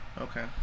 Okay